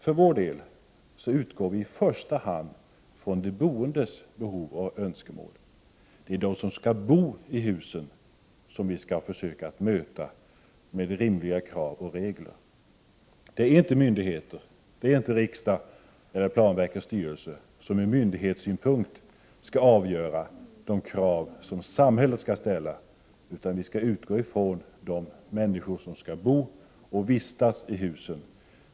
För vår del utgår vi i första hand från de boendes behov och önskemål. Det är de som skall bo i husen vi skall försöka att tillmötesgå med rimliga krav och regler. Det är inte myndigheter, riksdag eller planverkets styrelse som ur myndighetssynpunkt skall avgöra vilka krav samhället skall ställa. Vi skall utgå från de människor som skall bo och vistas i husen.